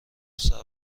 صبر